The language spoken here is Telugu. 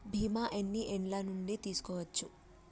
బీమా ఎన్ని ఏండ్ల నుండి తీసుకోవచ్చు?